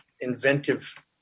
inventive